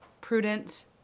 prudence